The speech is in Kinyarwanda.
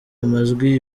amajwi